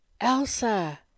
elsa